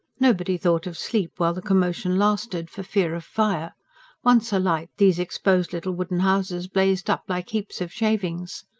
nobody thought of sleep while the commotion lasted, for fear of fire once alight, these exposed little wooden houses blazed up like heaps of shavings.